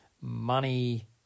money